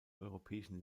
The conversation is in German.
europäischen